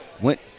went